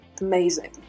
amazing